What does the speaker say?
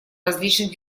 различных